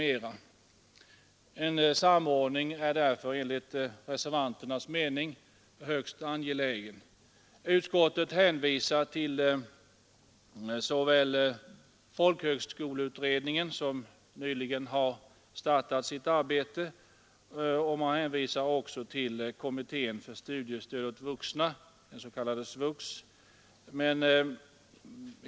En samordning är därför enligt reservanternas mening högst angelägen. Utskottet hänvisar till såväl folkhögskoleutredningen, som nyligen har startat sitt arbete, som kommittén för studiestöd åt vuxna, den s.k. SVUX.